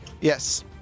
yes